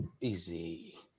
Easy